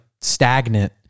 stagnant